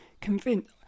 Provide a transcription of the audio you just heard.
convinced